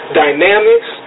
dynamics